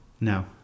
No